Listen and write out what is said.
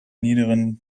niederen